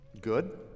good